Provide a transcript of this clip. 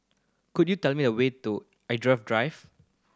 could you tell me the way to Drive